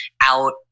out